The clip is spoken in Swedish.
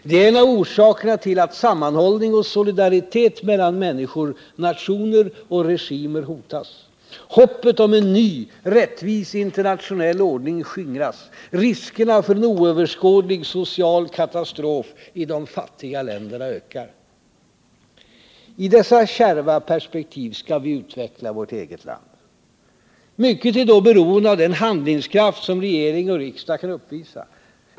Det är en av orsakerna till att sammanhållning och solidaritet mellan människor, nationer och regimer hotas. Hoppet om en ny, rättvis internationell ordning skingras. Riskerna för en oöverskådlig social katastrof i de fattiga länderna ökar. I dessa kärva perspektiv skall vi utveckla vårt eget land. Mycket är då beroende av den handlingskraft som regering och riksdag kan uppvisa.